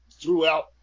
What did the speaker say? throughout